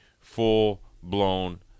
full-blown